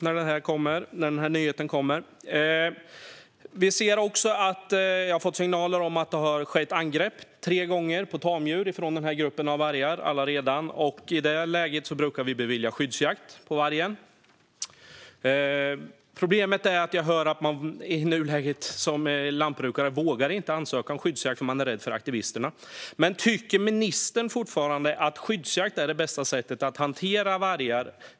Jag har fått signaler om att det redan har skett tre angrepp på tamdjur från denna varggrupp, och i ett sådant läge brukar skyddsjakt på varg beviljas. Problemet är att lantbrukare i nuläget inte vågar ansöka om skyddsjakt då de är rädda för aktivister. Tycker ministern fortfarande att skyddsjakt är det bästa sättet att hantera vargar?